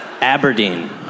Aberdeen